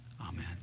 amen